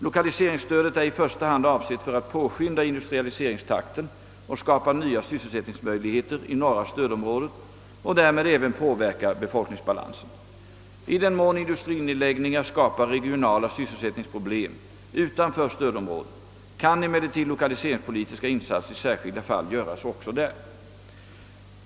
Lokaliseringsstödet är i första hand avsett för att påskynda industrialiseringstakten och skapa nya sysselsättningsmöjligheter i norra stödområdet och därmed även påverka befolkningsbalansen. I den mån industrinedläggningar skapar regionala sysselsättningsproblem utanför stödområdet kan emellertid lokaliseringspolitiska in satser i särskilda fall göras också där.